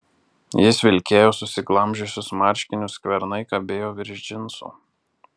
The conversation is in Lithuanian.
jis vilkėjo susiglamžiusius marškinius skvernai kabėjo virš džinsų